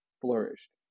flourished